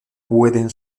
pueden